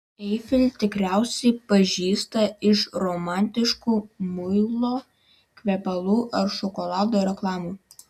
eifelį tikriausiai pažįsta iš romantiškų muilo kvepalų ar šokolado reklamų